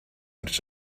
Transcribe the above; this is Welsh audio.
ers